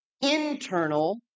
internal